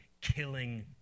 killing